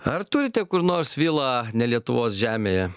ar turite kur nors vilą ne lietuvos žemėje